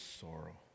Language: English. sorrow